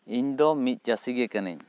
ᱤᱧ ᱫᱚ ᱢᱤᱫ ᱪᱟᱹᱥᱤ ᱜᱮ ᱠᱟᱹᱱᱟᱹᱧ